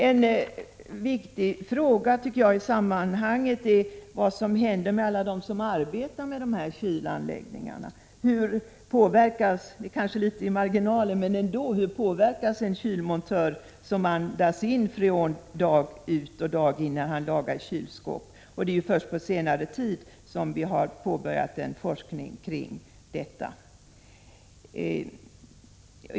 En viktig fråga i sammanhanget är vad som händer med dem som arbetar med dessa kylanläggningar. Det är kanske litet i marginalen, men hur påverkas en kylmontör som andas in freon dag ut och dag in när han lagar kylskåp? Det är ju först på senare tid som vi har påbörjat en forskning kring detta.